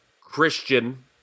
Christian